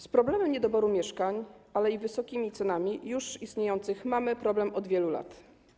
Z problemem niedoboru mieszkań i wysokimi cenami już istniejących mamy problem od wielu lat.